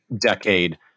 decade